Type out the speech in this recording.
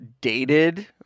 Dated